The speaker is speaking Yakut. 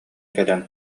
кэлэн